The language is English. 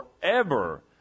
forever